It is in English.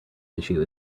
issue